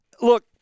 look